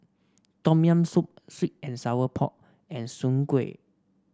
Tom Yam Soup sweet and Sour Pork and Soon Kueh